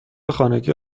خانگی